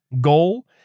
goal